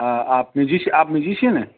आप म्यूजीश आप म्यूजीशियन हैं